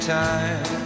time